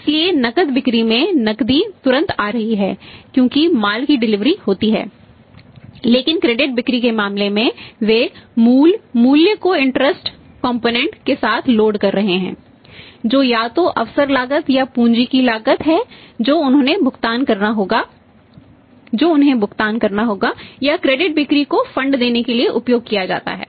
इसलिए नकद बिक्री में नकदी तुरंत आ रही है क्योंकि माल की डिलीवरी देने के लिए उपयोग किया जाता है